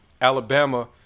Alabama